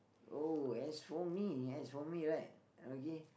oh as for me as for me right okay